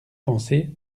pensez